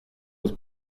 was